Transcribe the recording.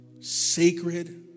sacred